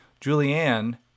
Julianne